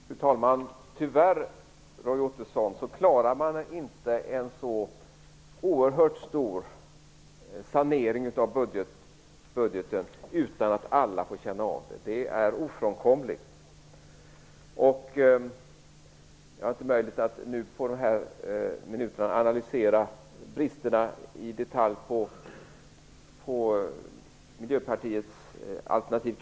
Fru talman! Tyvärr klarar man inte, Roy Ottosson, en så oerhört stor sanering av budgeten utan att alla får känna av det. Det är ofrånkomligt. Jag hinner inte på de här minuterna analysera bristerna i detalj i Miljöpartiets alternativ.